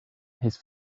his